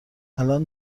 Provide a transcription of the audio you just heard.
الان